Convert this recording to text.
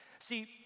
See